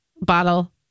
bottle